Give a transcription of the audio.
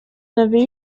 n’avait